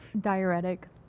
Diuretic